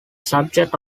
subject